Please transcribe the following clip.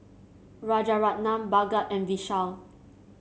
Rajaratnam Bhagat and Vishal